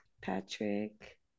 patrick